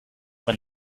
when